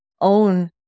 own